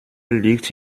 liegt